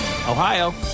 Ohio